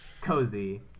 cozy